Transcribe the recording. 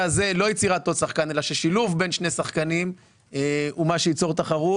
הזה לא יצירת עוד שחקן אלא ששילוב בין שני שחקנים הוא מה שייצור תחרות,